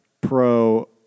pro